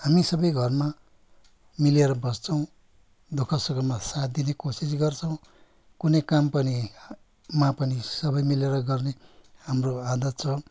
हामी सबै घरमा मिलेर बस्छौँ दुखसुखमा साथ दिने कोसिस गर्छौँ कुनै काममा पनि सबै मिलेर गर्ने हाम्रो आदत छ